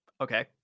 Okay